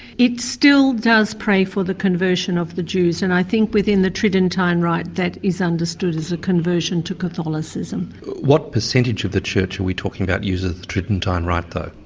it still does pray for the conversion of the jews and i think within the tridentine rite that is understood as a conversion to catholicism. what percentage of the church are we talking about, uses the tridentine rite though?